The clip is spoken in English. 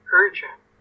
urgent